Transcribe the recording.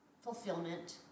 fulfillment